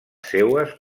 seues